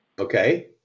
Okay